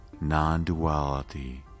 non-duality